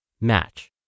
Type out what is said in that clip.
Match